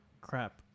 crap